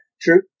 True